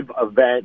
event